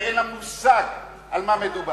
הרי אין לה מושג על מה מדובר.